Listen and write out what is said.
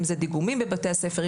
אם זה דיגומים בבתי הספר,